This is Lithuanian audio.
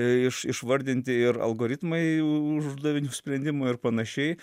iš išvardinti ir algoritmai uždavinių sprendimų ir panašiai